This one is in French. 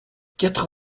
quatre